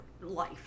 life